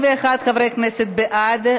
51 חברי כנסת בעד,